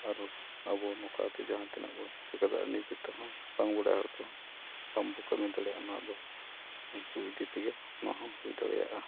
ᱟᱨ ᱟᱵᱚ ᱱᱚᱠᱟᱛᱮ ᱡᱟᱦᱟᱸ ᱛᱤᱱᱟᱹᱜ ᱵᱚᱱ ᱪᱮᱠᱟ ᱫᱟᱲᱮᱜᱼᱟ ᱱᱤᱡᱮ ᱛᱮᱦᱚᱸ ᱵᱟᱝ ᱵᱟᱲᱟᱭ ᱦᱚᱛᱚ ᱵᱟᱢ ᱵᱚ ᱠᱟᱹᱢᱤ ᱫᱟᱲᱮᱭᱟᱜᱼᱟ ᱚᱱᱟ ᱫᱚ ᱩᱱᱠᱩ ᱤᱫᱤ ᱛᱮᱜᱮ ᱚᱱᱟ ᱦᱚᱸ ᱦᱩᱭ ᱫᱟᱲᱮᱭᱟᱜᱼᱟ